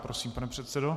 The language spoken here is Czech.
Prosím, pane předsedo.